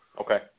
Okay